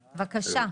בבקשה.